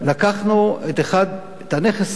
לקחנו את נכס הטבע,